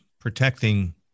protecting